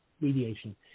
Mediation